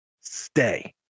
stay